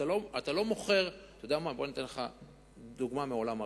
אתן לך דוגמה מעולם הרכב.